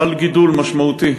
חל גידול משמעותי